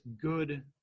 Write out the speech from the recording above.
good